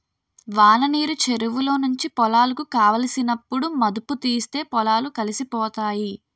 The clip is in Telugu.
వాననీరు చెరువులో నుంచి పొలాలకు కావలసినప్పుడు మధుముతీస్తే పొలాలు కలిసిపోతాయి